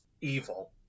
evil